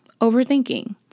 overthinking